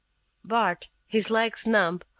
bart, his legs numb,